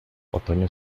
otoño